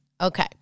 Okay